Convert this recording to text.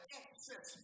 excess